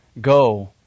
Go